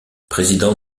président